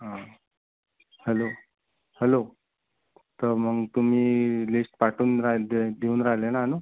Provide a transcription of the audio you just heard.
हा hello hello तर मग तुम्ही लिस्ट पाठवून राहिले देऊन राहिले ना आणून